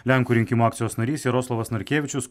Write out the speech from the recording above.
lenkų rinkimų akcijos narys jaroslavas narkevičius